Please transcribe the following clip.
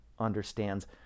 understands